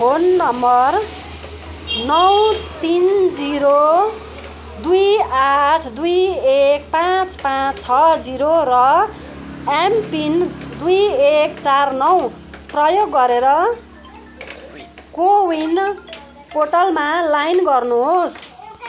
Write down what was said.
phone number नौ तिन zero दुई आठ दुई एक पाँच पाँच छ जिरो र एमपिन दुई एक चार नौ प्रयोग गरेर कोविन पोर्टलमा लाइन गर्नुहोस्